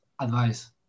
advice